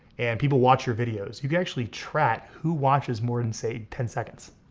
and people watch your videos, you can actually track who watched more than say ten seconds.